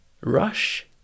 Rush